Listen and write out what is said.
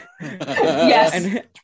Yes